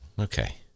Okay